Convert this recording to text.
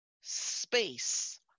space